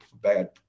bad